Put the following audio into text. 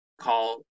call